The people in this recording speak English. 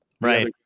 Right